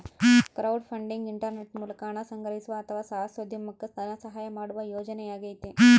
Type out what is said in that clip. crowdfunding internet ಮೂಲಕ ಹಣ ಸಂಗ್ರಹಿಸುವ ಅಥವಾ ಸಾಹಸೋದ್ಯಮುಕ್ಕ ಧನಸಹಾಯ ಮಾಡುವ ಯೋಜನೆಯಾಗೈತಿ